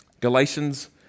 Galatians